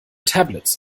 tablets